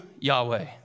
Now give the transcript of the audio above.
Yahweh